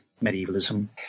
medievalism